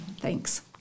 Thanks